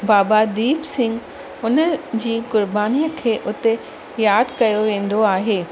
बाबा दीप सिंह हुन जी क़ुर्बानीअ खे उते यादि कयो वेंदो आहे